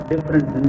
Different